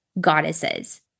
goddesses